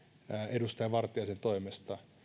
edustaja vartiaisen toimesta